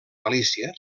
galícia